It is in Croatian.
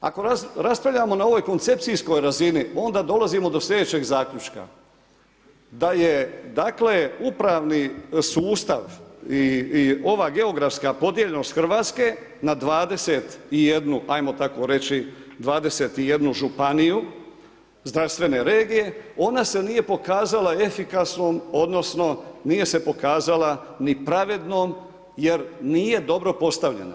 Ako raspravljamo na ovoj koncepcijskoj razini onda dolazimo do sljedećeg zaključka, da je upravni sustav i ova geografska podijeljenost Hrvatske, na 21 ajmo tako reći 21 županiju zdravstvene regije, ona se nije pokazala efikasnom, odnosno nije se pokazala ni pravednom jer nije dobro postavljena.